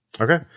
Okay